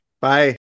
bye